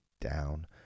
down